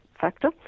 factor